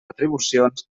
atribucions